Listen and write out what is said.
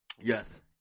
Yes